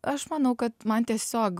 aš manau kad man tiesiog